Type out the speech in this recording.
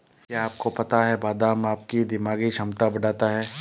क्या आपको पता है बादाम आपकी दिमागी क्षमता बढ़ाता है?